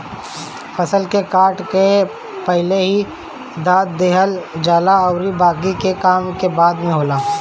फसल के काट के पहिले धअ देहल जाला अउरी बाकि के काम बाद में होला